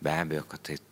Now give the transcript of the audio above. be abejo kad tai